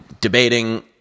debating